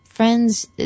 friends